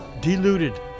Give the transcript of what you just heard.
deluded